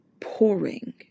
pouring